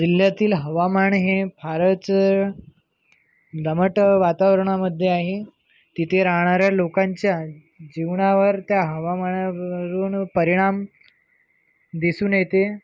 जिल्ह्यातील हवामान हे फारच दमट वातावरणामध्ये आहे तिथे राहणाऱ्या लोकांच्या जीवनावर त्या हवामानावरून परिणाम दिसून येते